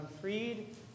freed